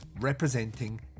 representing